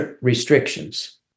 restrictions